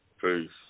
Peace